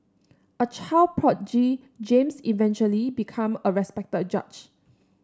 a child prodigy James eventually became a respected judge